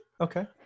Okay